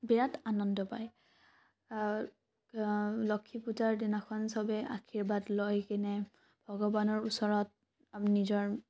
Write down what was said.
বিৰাট আনন্দ পায় লক্ষী পূজাৰ দিনাখন চবে আৰ্শীবাদ লৈ কেনে ভগৱানৰ ওচৰত নিজৰ